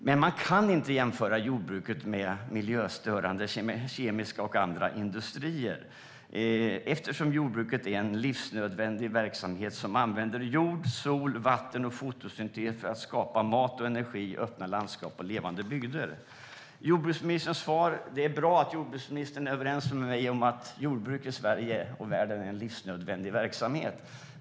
Men man inte jämföra jordbruket med miljöstörande, kemiska och andra industrier. Jordbruket är en livsnödvändig verksamhet som använder jord, sol, vatten och fotosyntes för att skapa mat och energi, öppna landskap och levande bygder. Det är bra att jordbruksministern och jag är överens om att jordbruk i Sverige och världen är livsnödvändig verksamhet.